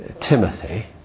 Timothy